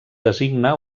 designa